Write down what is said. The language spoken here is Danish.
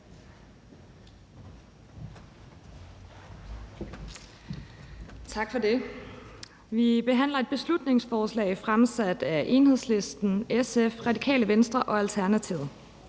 Tak for det. Vi behandler et beslutningsforslag fremsat af Enhedslisten, SF, Radikale Venstre og Alternativet.